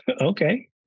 Okay